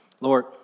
Lord